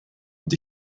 und